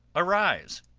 arise,